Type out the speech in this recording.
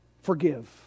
forgive